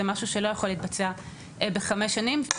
זה משהו שלא יכול להתבצע בחמש שנים,